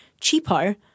cheaper